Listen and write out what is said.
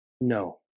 No